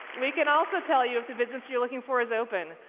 we can also tell you if the business you're looking for is open,